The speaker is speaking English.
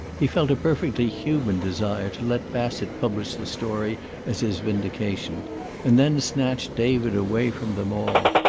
he felt a perfectly human desire to let bassett publish the story as his vindication and then snatch david away from them all,